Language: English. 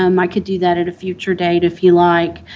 um i could do that at a future date, if you like.